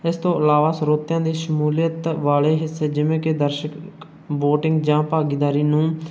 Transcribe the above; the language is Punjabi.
ਇਸ ਤੋਂ ਇਲਾਵਾ ਸਰੋਤਿਆਂ ਦੇ ਸ਼ਮੂਲੀਅਤ ਵਾਲੇ ਹਿੱਸੇ ਜਿਵੇਂ ਕਿ ਦਰਸ਼ਕ ਵੋਟਿੰਗ ਜਾਂ ਭਾਗੀਦਾਰੀ ਨੂੰ